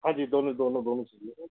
हाँ जी दोनों दोनों दोनों चाहिए है